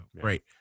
great